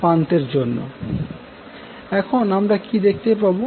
এখন আমরা কি দেখতে পাবো